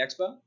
expo